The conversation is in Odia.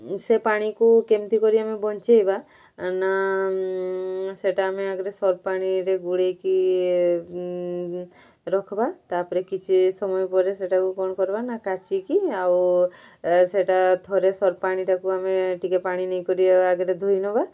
ସେ ପାଣିକୁ କେମିତି କରି ଆମେ ବଞ୍ଚାଇବା ନା ସେଇଟା ଆମେ ଆଗରେ ସର୍ଫ ପାଣିରେ ଗୋଳାଇକି ରଖିବା ତା'ପରେ କିଛି ସମୟ ପରେ ସେଇଟାକୁ କ'ଣ କର୍ବା ନା କାଚିକି ଆଉ ସେଇଟା ଥରେ ସର୍ଫ ପାଣିଟାକୁ ଆମେ ଟିକେ ପାଣି ନେଇକରି ଆଗରେ ଧୋଇନବା